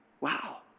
Wow